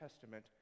Testament